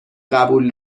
قبول